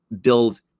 build